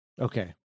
Okay